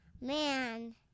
Man